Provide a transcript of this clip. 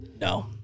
No